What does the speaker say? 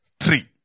three